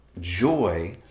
joy